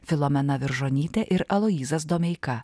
filomena viržonytė ir aloyzas domeika